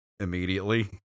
immediately